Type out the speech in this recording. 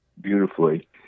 beautifully